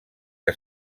que